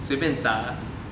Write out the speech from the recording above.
随便打